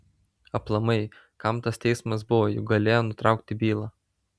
aplamai kam tas teismas buvo juk galėjo nutraukti bylą